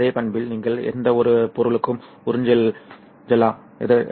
அதே பண்பில் நீங்கள் எந்தவொரு பொருளுக்கும் உறிஞ்சலாம்